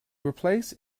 replace